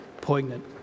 poignant